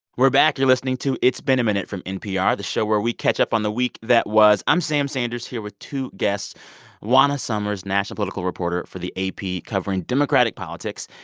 we're back. you're listening to it's been a minute from npr, the show where we catch up on the week that was. i'm sam sanders, here with two guests juana summers, national political reporter for the ap covering democratic politics,